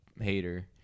hater